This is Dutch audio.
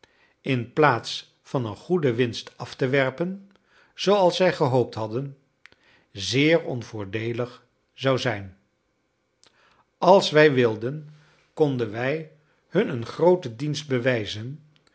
inplaats van een goede winst af te werpen zooals zij gehoopt hadden zeer onvoordeelig zou zijn als wij wilden konden wij hun een grooten dienst bewijzen